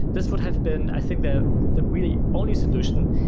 this would have been i think the really only solution,